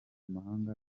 amahanga